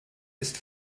ist